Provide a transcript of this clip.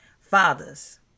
Fathers